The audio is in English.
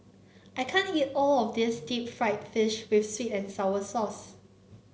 I can't eat all of this Deep Fried Fish with sweet and sour sauce